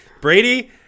Brady